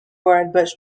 remains